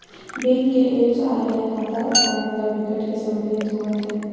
bank के apps आए ले खाताधारक ल बिकट के सहूलियत होवत हे